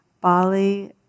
Bali